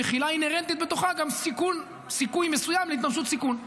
מכילה אינהרנטית בתוכה גם סיכוי מסוים להתממשות סיכון.